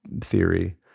theory